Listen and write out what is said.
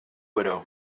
widow